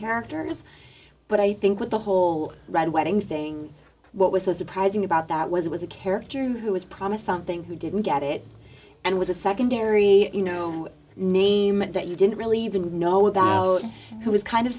characters but i think with the whole red wedding thing what was so surprising about that was it was a character who was promised something who didn't get it and was a secondary you know name it that you didn't really even know about it was kind of